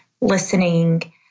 listening